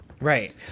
Right